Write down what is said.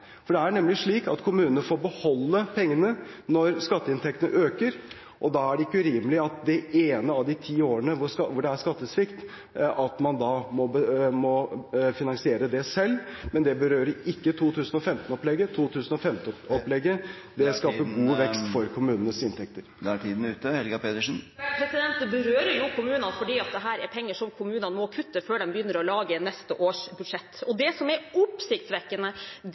Det er nemlig slik at kommunene får beholde pengene når skatteinntektene øker, og da er det ikke urimelig at det ene av de ti årene hvor det er skattesvikt, må man finansiere det selv. Det berører ikke 2015-opplegget – 2015-opplegget skaper god vekst for kommunenes inntekter. Det berører jo kommunene, for dette er penger som kommunene må kutte før de begynner å lage neste års budsjett. Det som er oppsiktsvekkende,